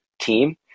team